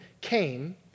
came